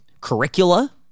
curricula